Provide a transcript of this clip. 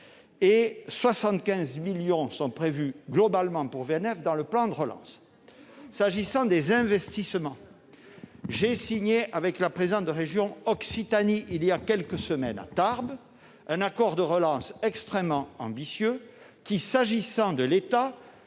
et 75 millions d'euros sont prévus globalement dans le plan de relance. Pour ce qui concerne les investissements, j'ai signé avec la présidente de la région Occitanie il y a quelques semaines, à Tarbes, un accord de relance extrêmement ambitieux qui, s'agissant de l'État